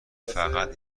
فقط